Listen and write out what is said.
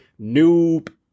Noob